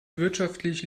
wirtschaftlich